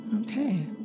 Okay